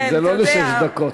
זה לא לשש דקות.